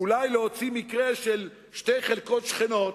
אולי להוציא מקרה של שתי חלקות שכנות,